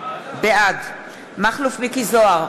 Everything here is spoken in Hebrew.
בעד מכלוף מיקי זוהר,